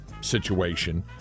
situation